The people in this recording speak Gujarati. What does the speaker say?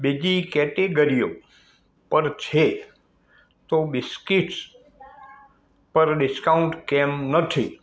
બીજી કેટેગરીઓ પર છે તો બિસ્કીટ્સ પર ડિસ્કાઉન્ટ કેમ નથી